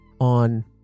on